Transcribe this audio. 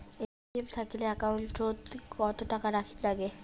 ATM থাকিলে account ওত কত টাকা রাখীর নাগে?